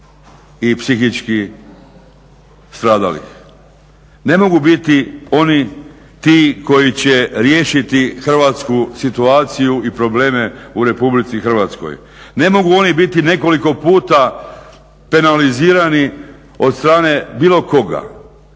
i psihički stradalih.